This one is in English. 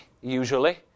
usually